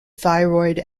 thyroid